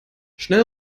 schnell